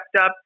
up